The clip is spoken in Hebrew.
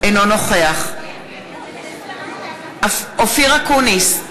אינו נוכח אופיר אקוניס,